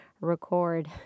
record